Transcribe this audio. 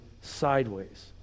sideways